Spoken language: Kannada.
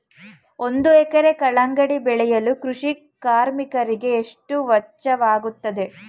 ಒಂದು ಎಕರೆ ಕಲ್ಲಂಗಡಿ ಬೆಳೆಯಲು ಕೃಷಿ ಕಾರ್ಮಿಕರಿಗೆ ಎಷ್ಟು ವೆಚ್ಚವಾಗುತ್ತದೆ?